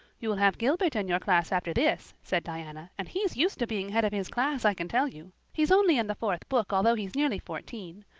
you'll have gilbert in your class after this, said diana, and he's used to being head of his class, i can tell you. he's only in the fourth book although he's nearly fourteen.